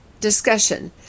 discussion